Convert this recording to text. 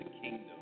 kingdom